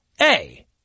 A-